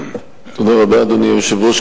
אדוני היושב-ראש,